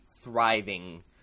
thriving